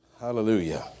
Hallelujah